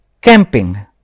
camping